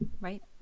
Right